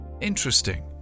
interesting